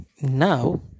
Now